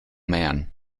man